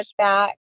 pushback